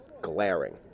glaring